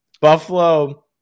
buffalo